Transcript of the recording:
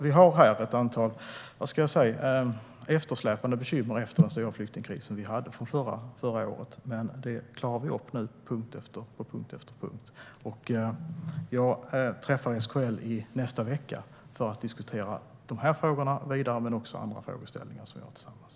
Vi har ett antal eftersläpande bekymmer efter förra årets stora flyktingkris, men dem klarar vi upp på punkt efter punkt. Jag ska träffa SKL i nästa vecka för att vidare diskutera dessa frågor men även andra gemensamma frågeställningar.